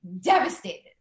devastated